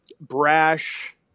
brash